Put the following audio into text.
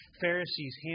Pharisees